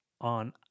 on